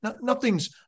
Nothing's